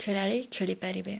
ଖେଳାଳି ଖେଳି ପାରିବେ